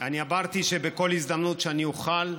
אני אמרתי שבכל הזדמנות שאני אוכל,